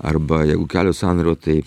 arba jeigu kelio sąnario tai